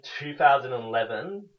2011